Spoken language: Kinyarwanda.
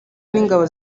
n’ingabo